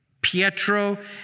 Pietro